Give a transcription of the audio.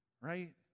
Right